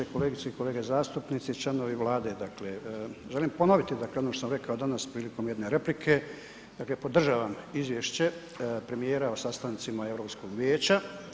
Kolegice i kolege zastupnici, članovi Vlade dakle želim ponoviti dakle ono što sam rekao danas prilikom jedne replike dakle podržavam izvješće premijera o sastancima Europskog vijeća.